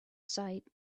sight